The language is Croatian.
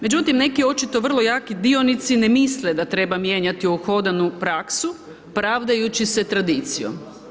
Međutim, neki očito vrlo jaki dionici ne misle da treba mijenjati uhodanu praksu, pravdajući se tradicijom.